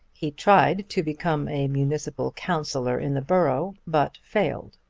he tried to become a municipal counsellor in the borough, but failed.